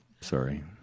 sorry